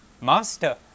Master